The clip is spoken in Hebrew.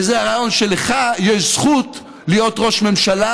וזה הרעיון שיש לך זכות להיות ראש ממשלה,